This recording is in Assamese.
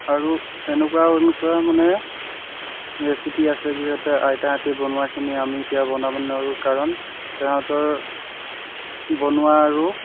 আৰু এনেকুৱা এনেকুৱা মানে ৰেচিপি আছে যিহেতু আইতাহঁতে বনোৱাখিনি আমি এতিয়া বনাব নোৱাৰোঁ কাৰণ তাহাঁতৰ বনোৱা আৰু